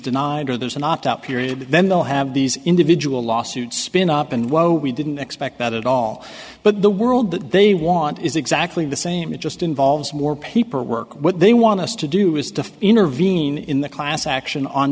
denied or there's an opt out period then they'll have these individual lawsuits spin up and whoa we didn't expect that at all but the world that they want is exactly the same it just involves more paperwork what they want us to do is to intervene in the class action on